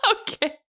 Okay